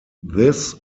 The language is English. this